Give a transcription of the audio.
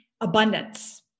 abundance